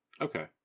Okay